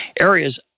areas